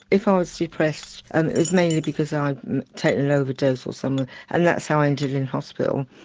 if i was depressed and it was mainly because i'd taken an overdose or something and that's how i ended in hospital.